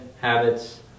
habits